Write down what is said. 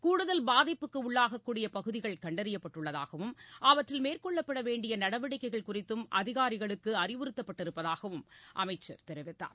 கூடுதல் பாதிப்புக்கு உள்ளாகக்கூடிய பகுதிகள் கண்டறியப்பட்டுள்ளதாகவும் அவற்றில் மேற்கொள்ளபட வேண்டிய நடவடிக்கைகள் குறித்தும் அதிகாரிகளுக்கு அறிவறுத்தப்பட்டிருப்பதாக அமைச்சர் தெரிவித்தார்